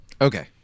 Okay